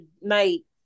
night